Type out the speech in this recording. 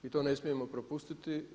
I to ne smijemo propustiti.